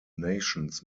nations